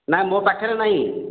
ନାଇଁ ମୋ ପାଖରେ ନାହିଁ